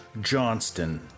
Johnston